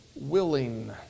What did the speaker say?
willing